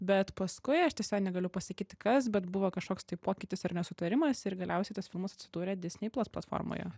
bet paskui aš tiesiog negaliu pasakyti kas bet buvo kažkoks tai pokytis ar nesutarimas ir galiausiai tas filmas atsidūrė disnei plas platformoje